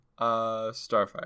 Starfire